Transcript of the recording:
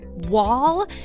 Wall